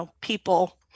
people